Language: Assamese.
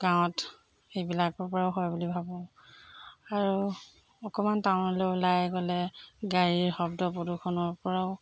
গাঁৱত এইবিলাকৰপৰাও হয় বুলি ভাবোঁ আৰু অকণমান টাউনলৈ ওলাই গ'লে গাড়ীৰ শব্দ প্ৰদূষণৰপৰাও